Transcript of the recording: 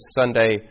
Sunday